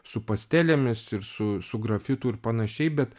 su pastelėmis ir su su grafitu ir panašiai bet